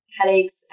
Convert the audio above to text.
headaches